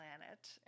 planet